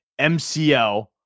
MCL